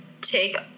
take